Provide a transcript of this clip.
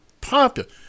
popular